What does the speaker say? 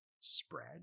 spread